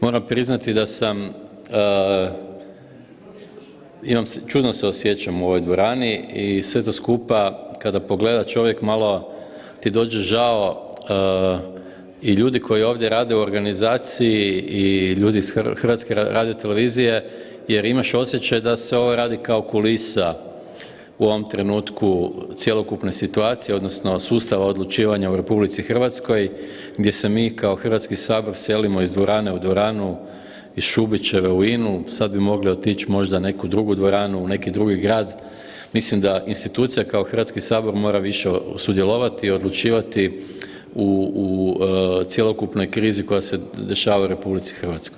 Moram priznati da sam, imam, čudno se osjećam u ovoj dvorani i sve to skupa kada pogleda čovjek malo ti dođe žao i ljudi koji ovdje rade u organizaciji i ljudi iz HRT-a jer imaš osjećaj da se ovo radi kao kulisa u ovom trenutku cjelokupne situacije, odnosno sustava odlučivanja u RH, gdje se mi kao Hrvatski sabor selimo iz dvorane u dvoranu iz Šubićeve u INU, sad bi mogli možda otići u neku drugu dvoranu, u neki drugi grad, mislim da institucija kao Hrvatski sabor mora više sudjelovati i odlučivati u cjelokupnoj krizi koja se dešava u RH.